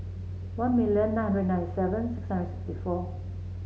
one million nine hundred nine seven six hundred sixty four